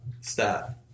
Stop